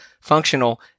functional